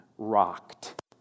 rocked